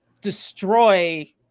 destroy